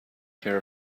care